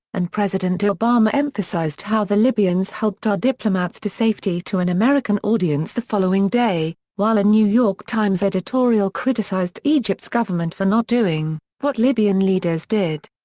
and president obama emphasized how the libyans helped our diplomats to safety to an american audience the following day, while a new york times editorial criticized egypt's government for not doing what libyan leaders did.